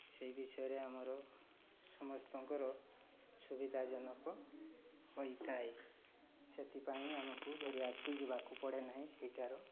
ସେହି ବିଷୟରେ ଆମର ସମସ୍ତଙ୍କର ସୁବିଧାଜନକ ହୋଇଥାଏ ସେଥିପାଇଁ ଆମକୁ ଦୂରିବାକୁ ଯିବାକୁ ପଡ଼େନାହିଁ ସେଇଟାର